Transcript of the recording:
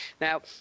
now